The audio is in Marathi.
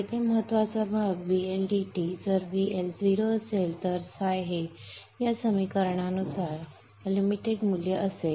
येथे महत्त्वाचा भाग VL dt जर VL 0 असेल तर φ हे या समीकरणानुसार मर्यादित मूल्य असेल